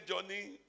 journey